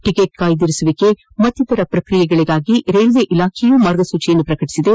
ticket ಕಾಯ್ದಿರಸುವಿಕೆ ಮಕ್ತಿತರ ಪ್ರಕ್ರಿಯೆಗಳಿಗಾಗಿ ರೈಲ್ವೆ ಇಲಾಖೆಯೂ ಮಾರ್ಗಸೂಚಿ ಪ್ರಕಟಿಸಿದೆ